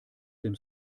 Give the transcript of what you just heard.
dem